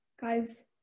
guys